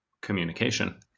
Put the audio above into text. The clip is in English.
communication